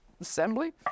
assembly